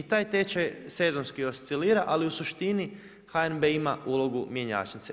I taj tečaj sezonski oscilira ali u suštini HNB ima ulogu mjenjačnice.